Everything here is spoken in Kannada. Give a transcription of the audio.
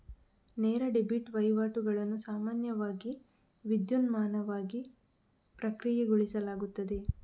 ನೇರ ಡೆಬಿಟ್ ವಹಿವಾಟುಗಳನ್ನು ಸಾಮಾನ್ಯವಾಗಿ ವಿದ್ಯುನ್ಮಾನವಾಗಿ ಪ್ರಕ್ರಿಯೆಗೊಳಿಸಲಾಗುತ್ತದೆ